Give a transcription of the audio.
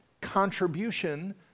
contribution